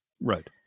Right